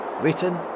written